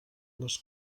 les